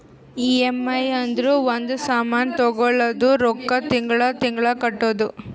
EMI ಅಂದುರ್ ಒಂದ್ ಸಾಮಾನ್ ತಗೊಳದು ರೊಕ್ಕಾ ತಿಂಗಳಾ ತಿಂಗಳಾ ಕಟ್ಟದು